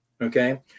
Okay